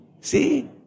See